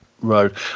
road